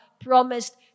promised